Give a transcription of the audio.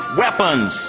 weapons